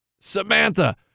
Samantha